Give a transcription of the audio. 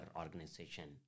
organization